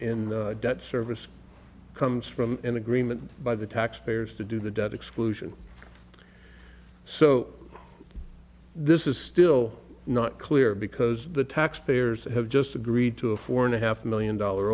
debt service comes from an agreement by the taxpayers to do the debt exclusion so this is still not clear because the taxpayers have just agreed to a four and a half million dollar